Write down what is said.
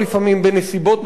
בנסיבות מסוימות,